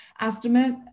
estimate